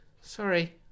Sorry